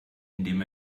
indem